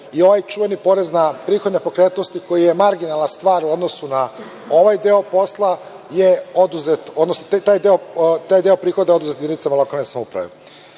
je ovaj čuveni porez na prihod nepokretnosti, koji je marginalna stvar u odnosu na ovaj deo posla, oduzet, odnosno taj deo prihoda je oduzet jedinicama lokalne samouprave. Zbog